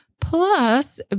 plus